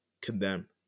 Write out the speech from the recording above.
condemn